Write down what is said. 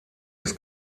des